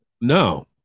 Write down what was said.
No